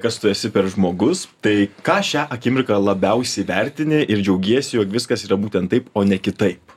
kas tu esi per žmogus tai ką šią akimirką labiausiai vertini ir džiaugiesi jog viskas yra būtent taip o ne kitaip